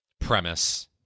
premise